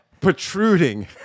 Protruding